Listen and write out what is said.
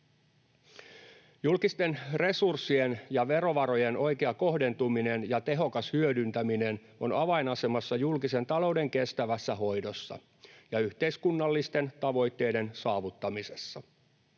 Julkisten resurssien ja verovarojen oikea kohdentuminen ja tehokas hyödyntäminen ovat avainasemassa julkisen talouden kestävässä hoidossa ja yhteiskunnallisten tavoitteiden saavuttamisessa.